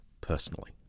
personally